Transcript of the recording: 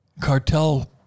cartel